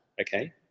Okay